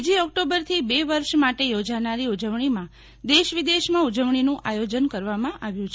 બીજી ઓકટોબરથી બે વર્ષ માટે યોજાનારી ઉજવણીમાં દેશ વિદેશમાં ઉજવણીનું આયોજન કરવામાં આવ્યું છે